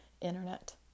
internet